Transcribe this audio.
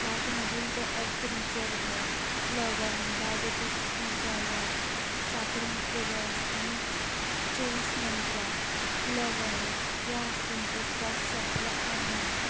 कार्टमधील the earth reserve लवंग diabetics desire साखरमुक्त रस आणि चोविस मंत्रा लवंग ह्या वस्तूंचा स्टॉक संपला आहे